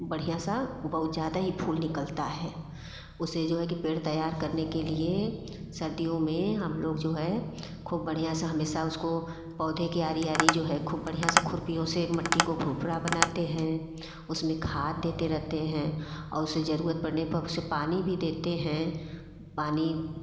बढ़िया सा बहुत ज़्यादा ही फूल निकलता है उसे जो है कि पेड़ तैयार करने के लिए सर्दियों में हम लोग जो है खूब बढ़िया हमेशा उसे पौधे के आरी आरी जो है बढ़िया से खुरपियों से मिट्टी को भुर भूरा बनाते है उसमें खाद देते रहते है और उसे ज़रूरत पड़ने पर उसे पानी भी देते हैं पानी